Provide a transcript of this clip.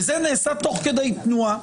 וזה נעשה תוך כדי תנועה.